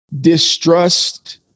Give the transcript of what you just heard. distrust